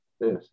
Yes